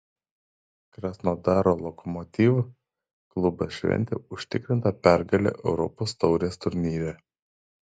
krasnodaro lokomotiv klubas šventė užtikrintą pergalę europos taurės turnyre